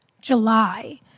July